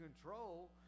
control